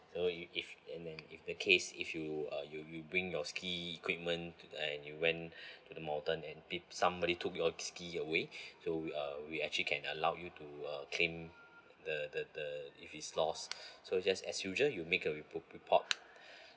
so if~ if and then if the case if you uh you you bring your ski equipment and you went to the mountain and maybe somebody took your ski your so uh we actually can allow you to uh claim the the the if it's lost so just as usual you make a re~ report